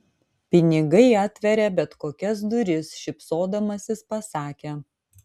pinigai atveria bet kokias duris šypsodamasis pasakė